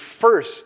first